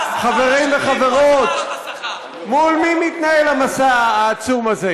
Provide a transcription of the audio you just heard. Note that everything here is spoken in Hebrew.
חברים וחברות, מול מי מתנהל המסע העצום הזה?